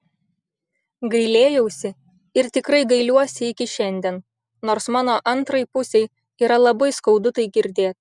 gailėjausi ir tikrai gailiuosi iki šiandien nors mano antrai pusei yra labai skaudu tai girdėt